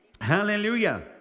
Hallelujah